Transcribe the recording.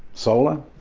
solar,